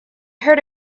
heard